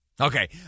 Okay